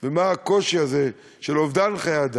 ומה הקושי הזה של אובדן חיי אדם,